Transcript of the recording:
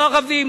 לא ערבים,